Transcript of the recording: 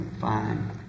Fine